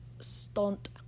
stunt